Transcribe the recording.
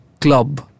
club